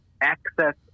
Access